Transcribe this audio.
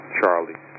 Charlie